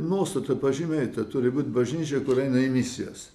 nuostata pažymėta turi būti bažnyčia kur eina į misijas